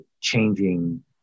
changing